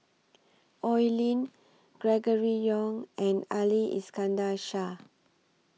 Oi Lin Gregory Yong and Ali Iskandar Shah